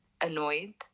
annoyed